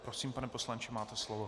Prosím, pane poslanče, máte slovo.